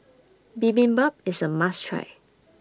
Bibimbap IS A must Try